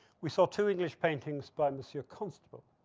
we saw two english paintings by monsieur constable.